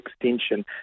extension